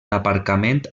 aparcament